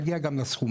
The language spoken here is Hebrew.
נגיע גם לסכומים.